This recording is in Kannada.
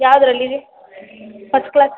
ಯಾವುದ್ರಲ್ಲಿ ಫಸ್ಟ್ ಕ್ಲಾಸ್